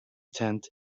tent